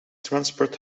transport